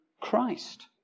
Christ